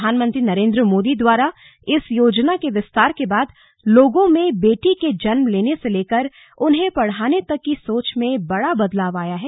प्रधानमंत्री नरेंद्र मोदी द्वारा इस योजना के विस्तार के बाद लोगों में बेटी के जन्म लेने से लेकर उन्हें पढ़ाने तक की सोच में बड़ा बदलाव आया है